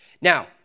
Now